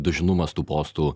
dažnumas tų postų